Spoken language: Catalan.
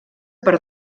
per